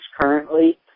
currently